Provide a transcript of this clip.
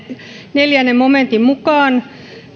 neljännen momentin mukaan